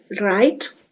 Right